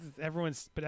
everyone's